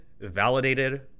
validated